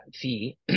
fee